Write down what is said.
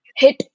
hit